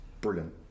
brilliant